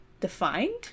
defined